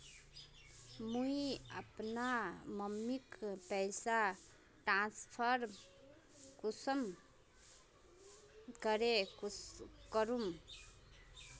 मुई अपना मम्मीक पैसा ट्रांसफर कुंसम करे करूम?